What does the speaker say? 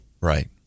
right